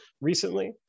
recently